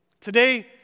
Today